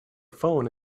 phone